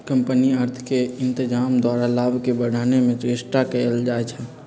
company अर्थ के इत्जाम द्वारा लाभ के बढ़ाने के चेष्टा कयल जाइ छइ